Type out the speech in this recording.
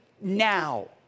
now